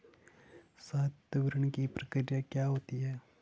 संवितरण की प्रक्रिया क्या होती है?